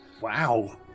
Wow